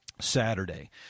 Saturday